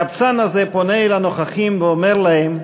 הקבצן הזה פונה אל הנוכחים ואומר להם: